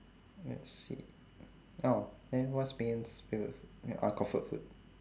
let's see oh then what's main favourite fo~ eh uh comfort food